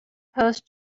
post